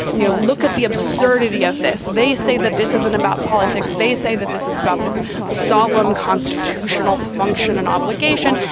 you know look at the absurdity of this. they say that this isn't about politics. they say that this is about this solemn constitutional function and obligation.